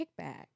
kickback